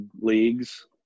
leagues